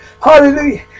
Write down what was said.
Hallelujah